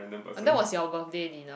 that was your birthday dinner